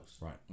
right